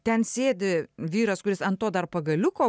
ten sėdi vyras kuris ant to dar pagaliuko